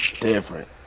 Different